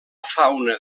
fauna